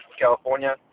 California